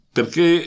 perché